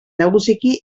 nagusiki